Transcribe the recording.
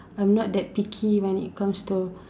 I'm not that picky when it comes to